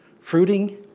Fruiting